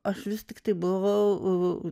aš vis tiktai buvau